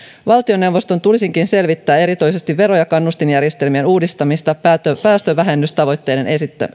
valtioneuvoston tulisikin selvittää erityisesti vero ja kannustinjärjestelmien uudistamista päästövähennystavoitteiden